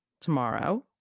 tomorrow